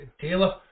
Taylor